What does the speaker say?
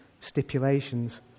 stipulations